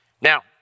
Now